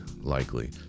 likely